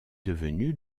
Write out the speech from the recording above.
devenue